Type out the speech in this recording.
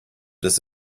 this